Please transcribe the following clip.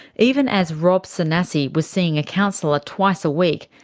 even as rob sanasi was seeing a counsellor twice a week,